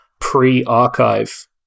pre-archive